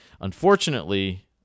Unfortunately